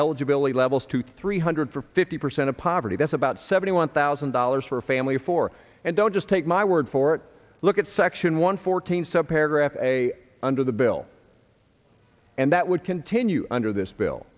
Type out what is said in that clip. eligibility levels to three hundred for fifty percent of poverty that's about seventy one thousand dollars for a family of four and don't just take my word for it look at section one fourteen some paragraph a under the bill and that would continue under